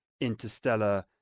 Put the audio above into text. interstellar